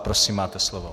Prosím, máte slovo.